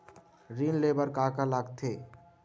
ऋण ले बर का का लगथे?